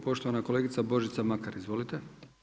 Poštovana kolegica Božica Makar, izvolite.